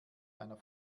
einer